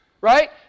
Right